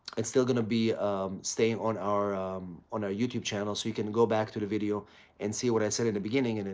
it's still going to be staying on our youtube channel. so you can go back to the video and see what i said in the beginning. and and